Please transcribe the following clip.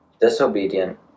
disobedient